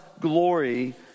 glory